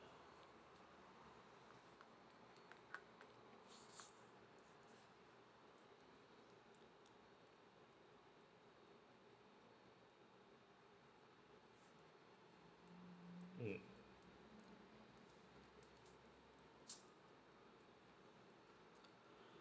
mm